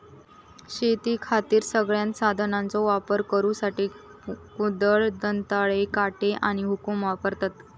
शेतीखातीर सगळ्यांत साधनांचो वापर करुसाठी कुदळ, दंताळे, काटे आणि हुकुम वापरतत